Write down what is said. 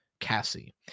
cassie